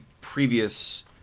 previous